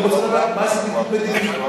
אני רוצה לדעת מה זה בידוד מדיני,